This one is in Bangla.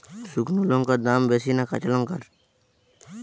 শুক্নো লঙ্কার দাম বেশি না কাঁচা লঙ্কার?